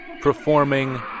performing